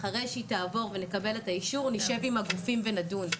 אחרי שהיא תעבור ונקבל את האישור נשב עם הגופים ונדון.